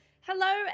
Hello